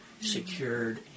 secured